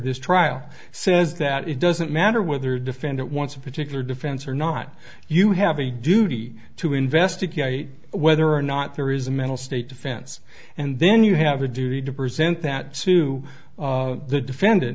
this trial says that it doesn't matter whether defendant wants a particular defense or not you have a duty to investigate whether or not there is a mental state offense and then you have a duty to present that soon the defendant